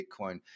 Bitcoin